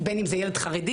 בין אם זה ילד חרדי,